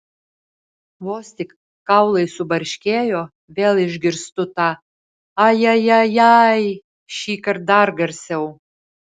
vos tik kaulai subarškėjo vėl išgirstu tą aja ja ja jai šįkart dar garsiau